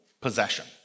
possession